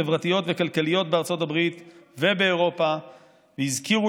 חברתיות וכלכליות בארצות הברית ובאירופה והזכירו